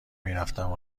میرفتم